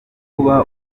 kuba